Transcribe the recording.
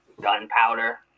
gunpowder